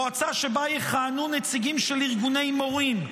מועצה שבה יכהנו נציגים של ארגוני מורים,